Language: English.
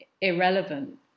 irrelevant